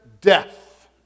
death